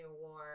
War